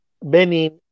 Benin